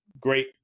great